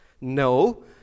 No